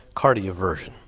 cardio version.